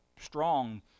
strong